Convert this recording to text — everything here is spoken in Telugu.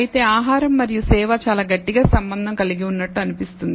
అయితే ఆహారం మరియు సేవ చాలా గట్టిగా సంబంధం కలిగి ఉన్నట్లు అనిపిస్తుంది